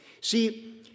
see